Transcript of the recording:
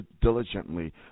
diligently